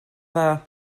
dda